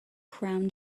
crown